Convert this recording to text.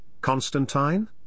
Constantine